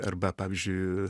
arba pavyzdžiui